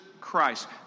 Christ